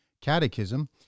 catechism